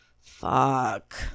fuck